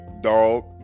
dog